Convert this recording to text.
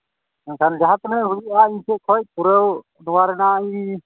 ᱢᱮᱱᱠᱷᱟᱱ ᱡᱟᱦᱟᱸ ᱛᱤᱱᱟᱹᱜ ᱦᱩᱭᱩᱜᱼᱟ ᱱᱤᱛᱚᱜ ᱠᱷᱚᱱ ᱯᱩᱨᱟᱹ ᱱᱚᱣᱟ ᱨᱮᱭᱟᱜ ᱤᱧ